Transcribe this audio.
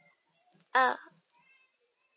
uh